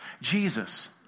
Jesus